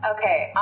Okay